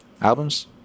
Albums